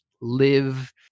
live